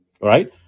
Right